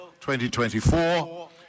2024